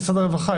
במשרד הרווחה,